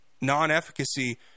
non-efficacy